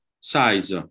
size